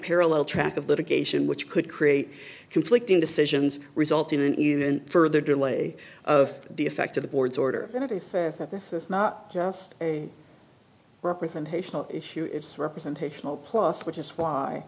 parallel track of litigation which could create conflicting decisions result in an even further delay of the effect of the board's order that this is not just a representational issue it's representational plus which is why